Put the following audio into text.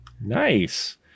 nice